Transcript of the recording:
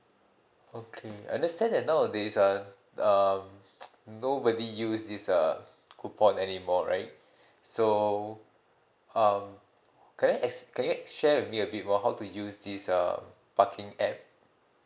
okay understand that nowadays ah um nobody use this uh coupon anymore right so um can you ex~ can you share with me a bit more how to use this uh parking app